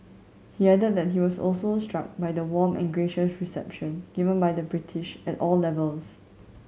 he added that he was also struck by the warm and gracious reception given by the British at all levels